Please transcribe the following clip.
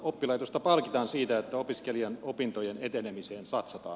oppilaitosta palkitaan siitä että opiskelijan opintojen etenemiseen satsataan